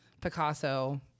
Picasso